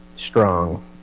Strong